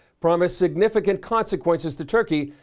promised significant consequences to turkey,